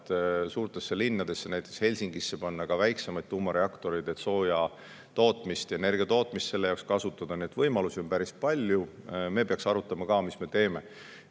et suurtesse linnadesse, näiteks Helsingisse, panna ka väiksemaid tuumareaktoreid, et soojatootmist ja energiatootmist selle jaoks kasutada. Nii et võimalusi on päris palju. Me peaksime arutama ka, mis me teeme.